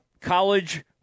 college